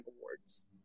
Awards